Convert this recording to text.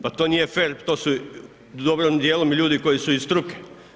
Pa to nije fer, to su dobrim dijelom ljudi koji su iz struke.